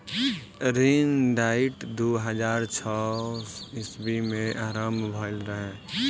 ऋण डाइट दू हज़ार छौ ईस्वी में आरंभ भईल रहे